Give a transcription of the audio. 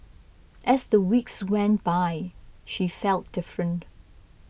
as the weeks went by she felt different